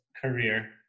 career